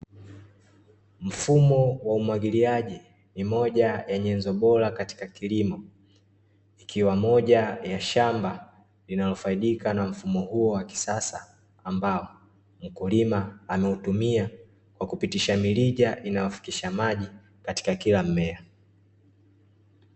mfumo wa umwagiliaji ni moja ya nyanzo bora katika kilimo ikiwa moja ya shamba inayofaidika na mfumo huo wa kisasa, ambao mkulima ameutimia kwa kupitisha mirija inayofikisha maji katika kila mmea.